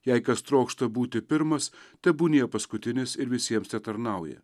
jei kas trokšta būti pirmas tebūnie paskutinis ir visiems tetarnauja